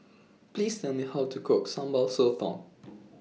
Please Tell Me How to Cook Sambal Sotong